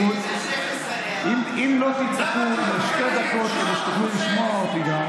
אם לא תצעקו שתי דקות, תוכלו לשמוע אותי.